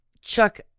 Chuck